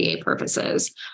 purposes